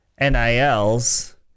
NILs